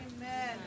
Amen